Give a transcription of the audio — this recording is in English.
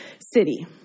city